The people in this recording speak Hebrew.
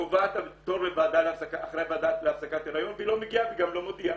קובעת תור בוועדה להפסקת הריון והיא לא מגיעה והיא גם לא מודיעה.